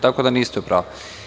Tako da niste u pravu.